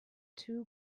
two